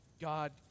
God